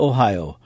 Ohio